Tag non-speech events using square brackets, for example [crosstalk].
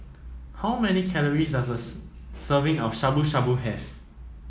how many calories does a [unintelligible] serving of Shabu Shabu have